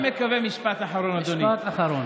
אני מקווה, משפט אחרון, אדוני, משפט אחרון.